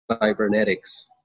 cybernetics